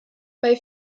bei